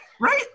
right